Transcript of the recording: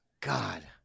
God